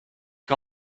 que